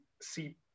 see